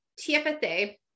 TFSA